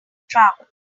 travel